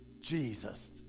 Jesus